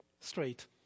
straight